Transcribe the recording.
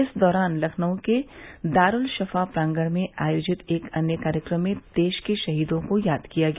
इस दौरान लखनऊ के दारूलशफ़ा प्रांगण में आयोजित एक अन्य कार्यक्रम में देश के शहीदों को याद किया गया